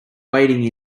wading